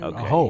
Okay